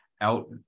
out